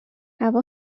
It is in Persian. هوا